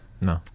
no